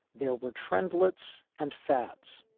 there were trendless and fats.